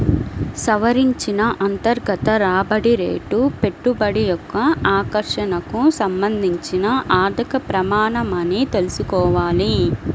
సవరించిన అంతర్గత రాబడి రేటు పెట్టుబడి యొక్క ఆకర్షణకు సంబంధించిన ఆర్థిక ప్రమాణమని తెల్సుకోవాలి